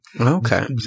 Okay